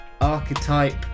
archetype